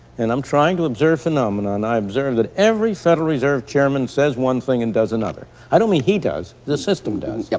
and i'm trying to observe phenomena, and i observe that every federal reserve chairman says one thing and does another. i don't mean he does, the system does. mckenzie yeah.